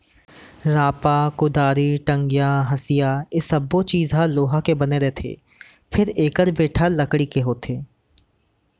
रांपा, कुदारी, टंगिया, हँसिया ए सब्बो चीज ह लोहा के बने रथे फेर एकर बेंट ह लकड़ी के होथे